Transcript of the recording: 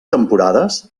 temporades